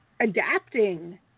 adapting